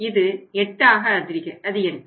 இது 8ஆக அதிகரிக்கும்